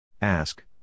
Ask